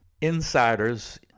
Insiders